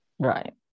right